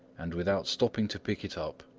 and without stopping to pick it up,